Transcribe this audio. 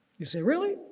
you say really?